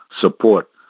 support